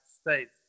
States